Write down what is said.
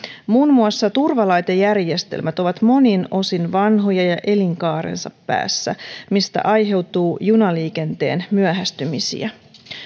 muun muassa turvalaitejärjestelmät ovat monin osin vanhoja ja elinkaarensa päässä mistä aiheutuu junaliikenteen myöhästymisiä